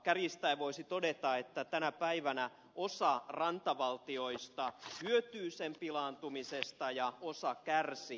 kärjistäen voisi todeta että tänä päivänä osa rantavaltioista hyötyy sen pilaantumisesta ja osa kärsii